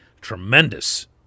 tremendous